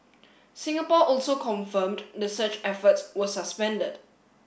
Singapore also confirmed the search efforts were suspended